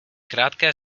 krátké